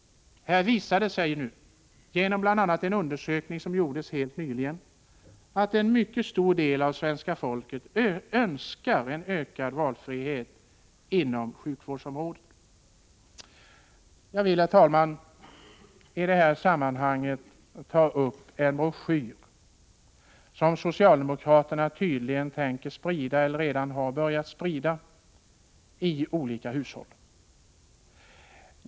Genom bl.a. en undersökning som gjordes helt nyligen har det visat sig att en mycket stor del av svenska folket önskar en ökad valfrihet inom sjukvårdsområdet. Jag vill, herr talman, i det här sammanhanget beröra en broschyr som socialdemokraterna tydligen tänker sprida eller redan har börjat sprida till hushållen.